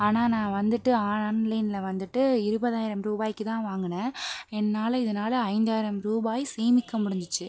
ஆனால் நான் வந்துட்டு ஆன்லைனில் வந்துட்டு இருபதாயிரம் ரூபாய்க்கு தான் வாங்கினேன் என்னால் இதனால் ஐந்தாயிரம் ரூபாய் சேமிக்க முடிஞ்சுச்சு